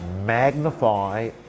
magnify